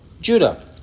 Judah